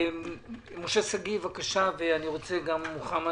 משה שגיא, בבקשה, ואחריו מוחמד